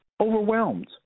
Overwhelmed